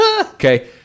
okay